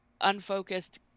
unfocused